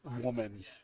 woman